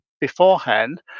beforehand